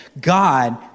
God